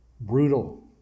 brutal